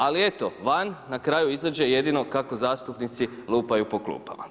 Ali eto van na kraju izađe jedino kako zastupnici lupaju po klupama.